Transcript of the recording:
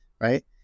right